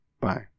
Bye